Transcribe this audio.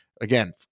again